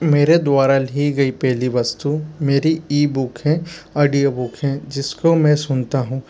मेरे द्वारा ली गई पहली वस्तु मेरी ईबुक है ऑडियो बुक है जिसको मैं सुनता हूँ